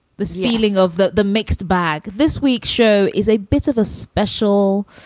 this feeling of the the mixed bag. this week's show is a bit of a special.